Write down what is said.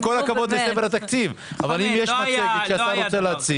עם כל הכבוד אם אתה מציג,